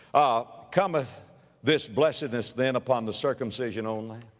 ah, cometh this blessedness then upon the circumcision only,